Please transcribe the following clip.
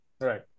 Right